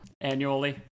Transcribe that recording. Annually